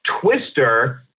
Twister